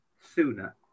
sooner